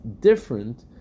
different